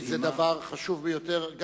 זה דבר חשוב ביותר.